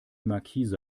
markise